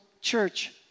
church